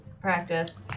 practice